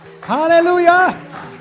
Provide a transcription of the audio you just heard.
Hallelujah